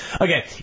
Okay